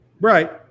right